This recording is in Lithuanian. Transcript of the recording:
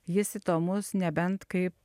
jis įdomus nebent kaip